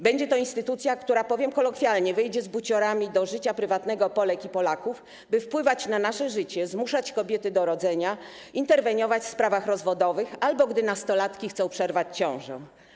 Będzie to instytucja, która wejdzie, powiem kolokwialnie, z buciorami do życia prywatnego Polek i Polaków, by wpływać na nasze życie, zmuszać kobiety do rodzenia interweniować w sprawach rozwodowych albo gdy nastolatki chcą przerwać ciążę.